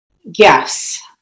yes